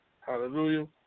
Hallelujah